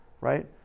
right